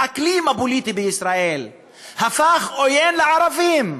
האקלים הפוליטי בישראל הפך עוין לערבים,